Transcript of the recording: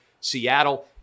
Seattle